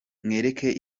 mwereke